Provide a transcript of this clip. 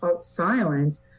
silence